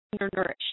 undernourished